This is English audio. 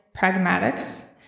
pragmatics